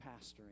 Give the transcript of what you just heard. pastoring